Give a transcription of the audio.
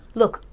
look,